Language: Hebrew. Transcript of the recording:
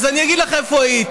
אז אני אגיד לך איפה היית.